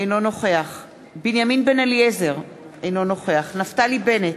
אינו נוכח בנימין בן-אליעזר, אינו נוכח נפתלי בנט,